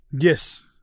Yes